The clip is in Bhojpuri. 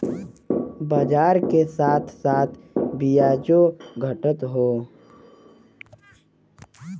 बाजार के साथ साथ बियाजो घटत हौ